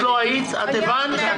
את לא היית כשדיברתי.